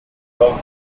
york